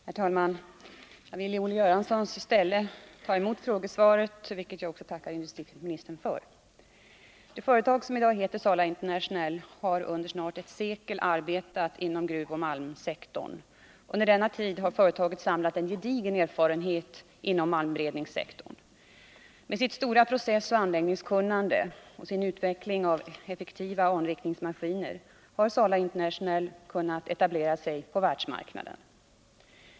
Herr talman! I Olle Göranssons ställe tar jag emot detta svar, för vilket jag tackar industriministern. Det företag som i dag heter Sala International har under snart ett sekel arbetat inom gruvoch malmsektorn. Under denna tid har företaget samlat en gedigen erfarenhet inom malmberedningssektorn. Med sitt stora processoch anläggningskunnande och sin utveckling av effektiva anrikningsmaskiner har Sala International kunnat etablera sig på världsmarknaden.